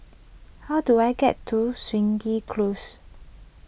how do I get to Stangee Close